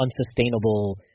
unsustainable